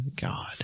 God